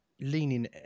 leaning